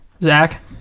Zach